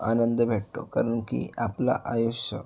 आनंद भेटतो कारण की आपलं आयुष्य